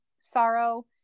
sorrow